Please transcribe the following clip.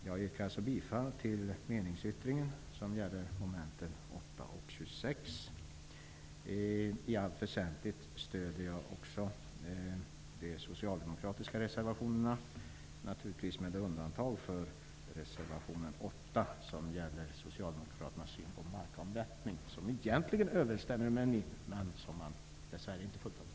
Jag yrkar alltså bifall till meningsyttringen som gäller mom. 8 och 26. I allt väsentligt stöder jag också de socialdemokratiska reservationerna, naturligtvis med undantag för reservationen 8 som gäller Socialdemokraternas syn på markavvattning. Egentligen överensstämmer den med min uppfattning, men man fullföljer den tyvärr inte.